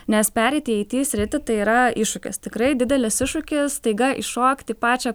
nes pereit į it sritį tai yra iššūkis tikrai didelis iššūkis staiga įšokti pačią